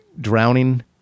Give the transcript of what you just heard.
drowning